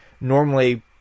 normally